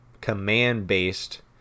command-based